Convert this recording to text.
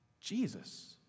Jesus